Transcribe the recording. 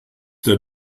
der